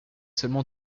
seulement